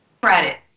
credit